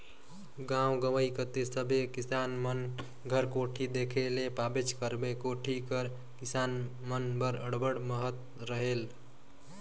गाव गंवई कती सब किसान मन घर कोठी देखे ले पाबेच करबे, कोठी कर किसान मन बर अब्बड़ महत रहेल